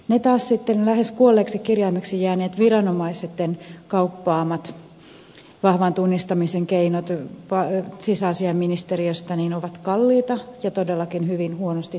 taas ne lähes kuolleeksi kirjaimeksi jääneet viranomaisten kauppaamat vahvan tunnistamisen keinot sisäasiainministeriöstä ovat kalliita ja todellakin hyvin huonosti tunnettuja